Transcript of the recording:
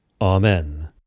Amen